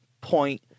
point